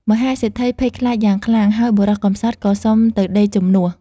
មហាសេដ្ឋីភ័យខ្លាចយ៉ាងខ្លាំង ហើយបុរសកំសត់ក៏សុំទៅដេកជំនួស។